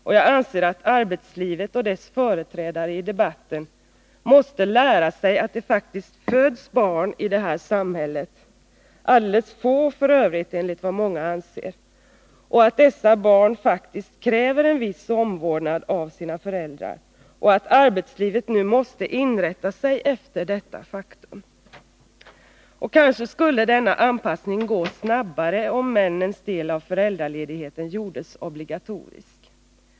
Jag anser vidare att arbetslivet och dess företrädare i debatten måste lära sig att det faktiskt föds barn i det här samhället + f. ö. alldeles för få, enligt vad många anser — och att dessa barn kräver en viss omvårdnad av sina föräldrar. Det är ett faktum som arbetslivet nu måste inrätta sig efter. Kanske skulle denna anpassning gå snabbare om männens del av föräldraledigheten gjordes obligatorisk.